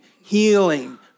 healing